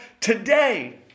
today